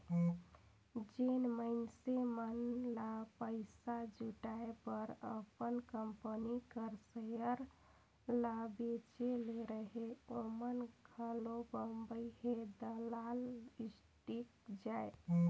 जेन मइनसे मन ल पइसा जुटाए बर अपन कंपनी कर सेयर ल बेंचे ले रहें ओमन घलो बंबई हे दलाल स्टीक जाएं